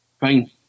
fine